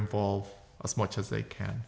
involved as much as they can